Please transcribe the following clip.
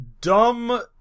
dumb